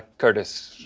curtis,